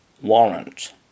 warrant